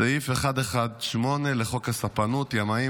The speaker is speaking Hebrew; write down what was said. סעיף 118 לחוק הספנות (ימאים),